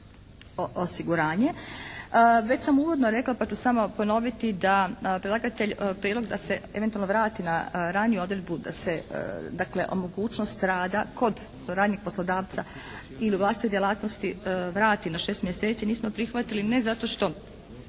osiguranje. Već sam uvodno rekla pa ću samo ponoviti da predlagatelj, prijedlog da se eventualno vrati na raniju odredbu, da se dakle mogućnost rada kod ranijeg poslodavca ili vlastite djelatnosti vrati na šest mjeseci nismo prihvatili ne zato što